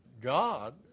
God